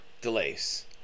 delays